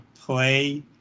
play